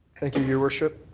thank you, your worship.